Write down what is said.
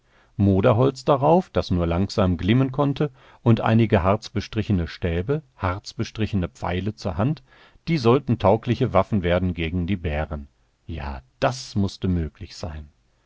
kohlen moderholz darauf das nur langsam glimmen konnte und einige harzbestrichene stäbe harzbestrichene pfeile zur hand die sollten taugliche waffen werden gegen die bären ja das mußte möglich sein